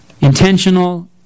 intentional